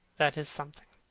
that is something.